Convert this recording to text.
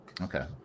Okay